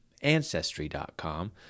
Ancestry.com